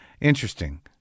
Interesting